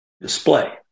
display